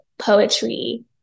poetry